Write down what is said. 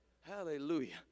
Hallelujah